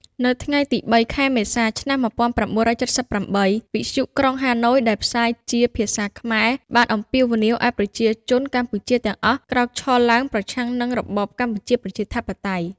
នៅថ្ងៃទី ៣ ខែមេសា ឆ្នាំ ១៩៧៨ វិទ្យុក្រុងហាណូយដែលផ្សាយជាភាសាខ្មែរបានអំពាវនាវឱ្យប្រជាជនកម្ពុជាទាំងអស់ក្រោកឈរឡើងប្រឆាំងនឹងរបបកម្ពុជាប្រជាធិបតេយ្យ។